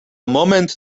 moment